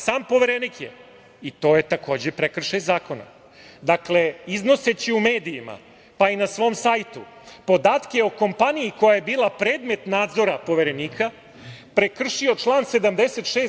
Sam Poverenik je, i to je takođe prekršaj zakona, dakle, iznoseći u medijima, pa i na svom sajtu podatke o kompaniji koja je bila predmet nadzora Poverenika prekršio član 76.